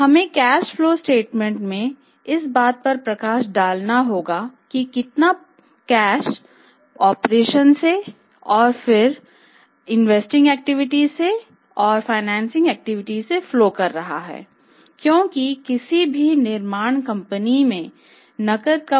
हमें cash flow statement में इस बात पर प्रकाश डालना होगा कि कितना कैश परिचालन का